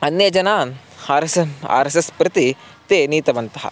अन्ये जनान् हारेस्सेस् आर् एस् एस् प्रति ते नीतवन्तः